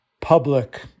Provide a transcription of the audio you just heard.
public